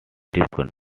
native